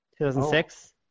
2006